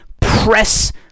press